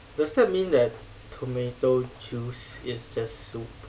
does that mean that tomato juice is just soup